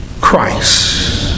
Christ